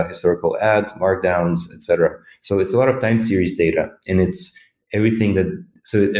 historical adds, markdowns, etc so it's a lot of time series data and it's everything that so,